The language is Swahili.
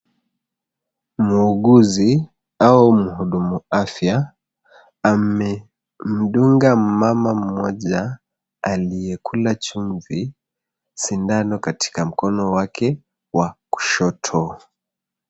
Muuguzi au mhudumu afya amemdunga mama mmoja, aliyekula chumvi, sindano katika mkono wake wa kushoto.